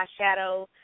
eyeshadow